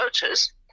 voters